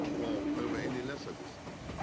or over any lesser distance.